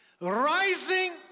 Rising